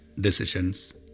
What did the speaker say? decisions